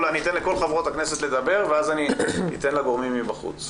אני אתן לכל חברות הכנסת לדבר ואחר כך ידברו הגורמים מבחוץ.